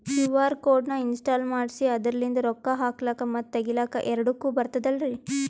QR code ನ install ಮಾಡೆಸಿ ಅದರ್ಲಿಂದ ರೊಕ್ಕ ಹಾಕ್ಲಕ್ಕ ಮತ್ತ ತಗಿಲಕ ಎರಡುಕ್ಕು ಬರ್ತದಲ್ರಿ?